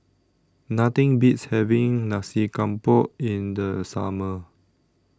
Nothing Beats having Nasi Campur in The Summer